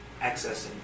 accessing